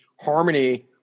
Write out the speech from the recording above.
harmony